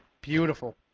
Beautiful